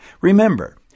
Remember